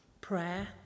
prayer